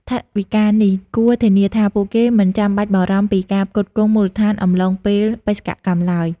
ថវិកានេះគួរធានាថាពួកគេមិនចាំបាច់បារម្ភពីការផ្គត់ផ្គង់មូលដ្ឋានអំឡុងពេលបេសកកម្មឡើយ។